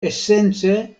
esence